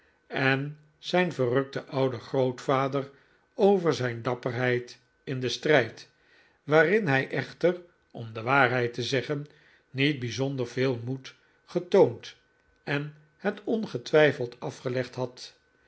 en zijn verrukten ouden grootvader over zijn dapperheid in den strijd waarin hij echter om de waarheid te zeggen niet bijzonder veel moed getoond en het ongetwijfeld afgelegd had